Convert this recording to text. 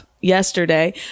yesterday